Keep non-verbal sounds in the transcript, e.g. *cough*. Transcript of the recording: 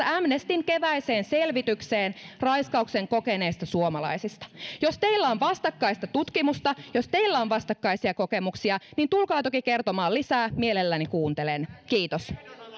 *unintelligible* amnestyn keväiseen selvitykseen raiskauksen kokeneista suomalaisista jos teillä on vastakkaista tutkimusta jos teillä on vastakkaisia kokemuksia niin tulkaa toki kertomaan lisää mielelläni kuuntelen kiitos